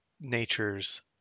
nature's